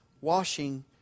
washing